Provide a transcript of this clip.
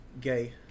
Gay